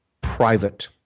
private